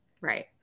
right